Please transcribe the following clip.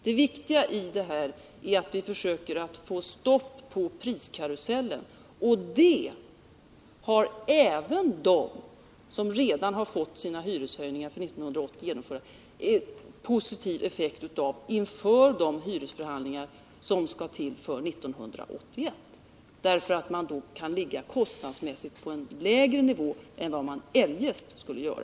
Det viktiga är att vi försöker få stopp på priskarusellen, och det ger en positiv effekt även för dem som redan har fått sina hyreshöjningar för 1980 genomförda inför de hyresförhandlingar som skall till för 1981, eftersom man då kan ligga på en kostnadsmässigt lägre nivå än man eljest skulle göra.